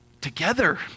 together